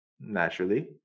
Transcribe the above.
naturally